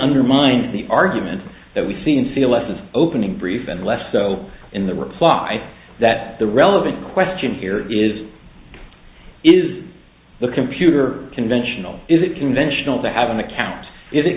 undermined the argument that we see and feel less an opening brief and less so in the reply that the relevant question here is is the computer conventional is it conventional to have an account is it